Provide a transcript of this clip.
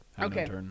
okay